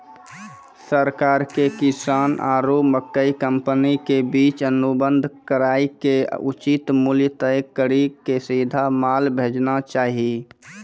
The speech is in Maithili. सरकार के किसान आरु मकई कंपनी के बीच अनुबंध कराय के उचित मूल्य तय कड़ी के सीधा माल भेजना चाहिए?